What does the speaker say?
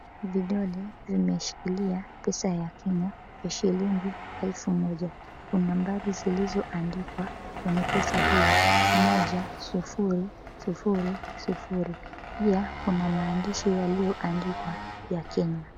Vidole vimeshikilia pesa ya Kenya ya shilingi elfu moja na nambari zilizoandikwa kwenye pesa hiyo, moja, sufuri, sufuri, sufuri. Pia kuna maandishi yaliyoandikwa ya Kenya.